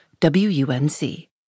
WUNC